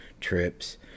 trips